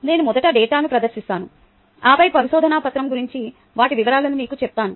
నేను మొదట డేటాను ప్రదర్శిస్తాను ఆపై పరిశోధన పత్రం గురించి వాటి వివరాలను మీకు చెప్తాను